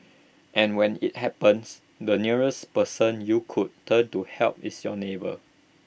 and when IT happens the nearest person you could turn to help is your neighbour